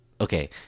okay